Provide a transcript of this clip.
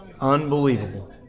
Unbelievable